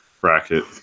bracket